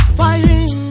fighting